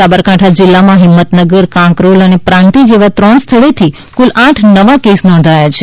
સાબરકાંઠા જિલ્લામાં હીમતનગર કાકરોલ અને પ્રાંતિજ એમ ત્રણ સ્થળે થી કુલ આઠ નવા કેસ નોંધાયા છે